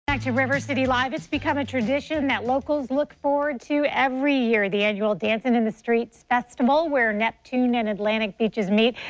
back to river city live. it's become a tradition that locals look forward to every year. the annual dancing in the streets festival where neptune and atlantic beaches meet.